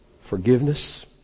forgiveness